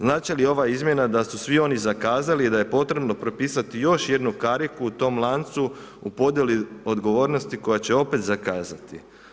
Znači li ova izmjena da su svi oni zakazali i da je potrebno propisati još jednu kariku u tom lancu u podjeli odgovornosti koja će opet zakazati?